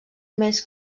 més